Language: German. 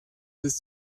ist